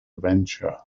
venture